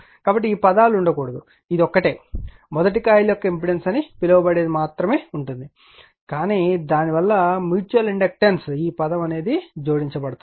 కాబట్టి ఈ పదాలు ఉండకూడదు ఇది ఒక్కటే కాయిల్ 1 యొక్క ఇంపెడెన్స్ అని పిలువబడేది మాత్రమే ఉంటుంది కానీ దాని వల్ల మ్యూచువల్ ఇండక్టెన్స్ ఈ పదం జోడించబడింది